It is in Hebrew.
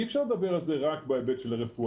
אי אפשר לדבר על זה רק בהיבט של רפואה.